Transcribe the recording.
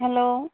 hello